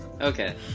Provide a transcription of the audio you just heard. Okay